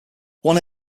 one